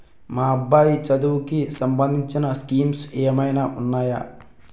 మా అబ్బాయి చదువుకి సంబందించిన స్కీమ్స్ ఏమైనా ఉన్నాయా?